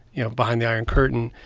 you know, behind the iron curtain.